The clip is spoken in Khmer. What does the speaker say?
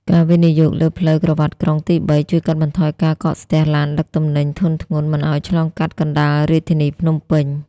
ការវិនិយោគលើផ្លូវក្រវាត់ក្រុងទី៣ ជួយកាត់បន្ថយការកកស្ទះឡានដឹកទំនិញធុនធ្ងន់មិនឱ្យឆ្លងកាត់កណ្ដាលរាជធានីភ្នំពេញ។